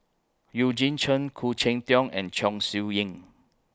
Eugene Chen Khoo Cheng Tiong and Chong Siew Ying